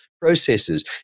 processes